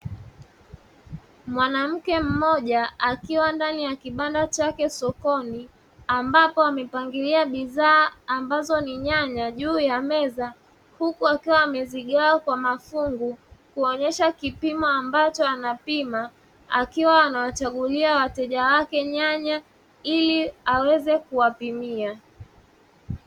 Mwanamke mmoja akiwa ndani ya kibanda chake sokoni ambapo amepangilia bidhaa, ambazo ni nyanya juu ya meza huku akiwa amezigawa kwa mafungu kuonesha kipimo ambacho anapima akiwa anawachagulia wateja wake nyanya ili aweze kuwapimia.